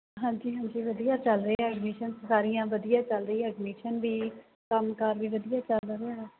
ਹਾਂਜੀ ਹਾਂਜੀ ਵਧੀਆ ਚੱਲ ਰਿਹਾ ਐਡਮਿਸ਼ਨਜ਼ ਸਾਰੀਆਂ ਵਧੀਆ ਚੱਲ ਰਹੀ ਐਡਮਿਸ਼ਨ ਵੀ ਕੰਮ ਕਾਰ ਵੀ ਵਧੀਆ ਚੱਲ ਰਿਹਾ